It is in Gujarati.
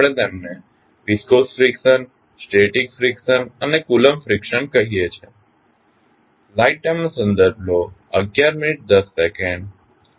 આપણે તેમને વિસ્કોસ ફ્રીકશન સ્ટેટીક ફ્રીકશન અને કુલંબ ફ્રીકશન કહીએ છીએ